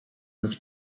this